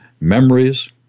memories